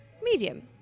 medium